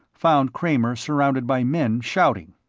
found kramer surrounded by men, shouting.